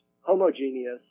homogeneous